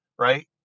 Right